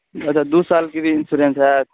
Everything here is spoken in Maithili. अच्छा दू सालके भी इन्सोरेन्स होयत